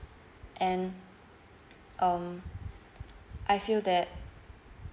and um I feel that